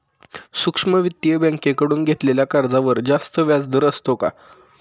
सूक्ष्म वित्तीय बँकेकडून घेतलेल्या कर्जावर जास्त व्याजदर असतो का?